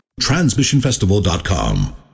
TransmissionFestival.com